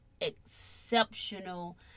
Exceptional